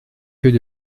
queue